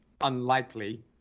unlikely